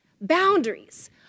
Boundaries